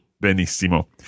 Benissimo